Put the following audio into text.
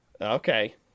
Okay